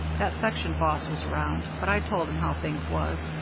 that section boss was around, but i told him how things was,